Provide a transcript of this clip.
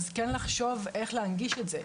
אז כן לחשוב איך להנגיש את זה.